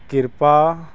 ਕਿਰਪਾ